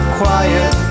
quiet